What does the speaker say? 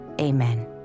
amen